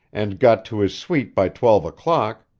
and got to his suite by twelve o'clock,